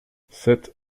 sept